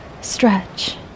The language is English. stretch